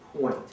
point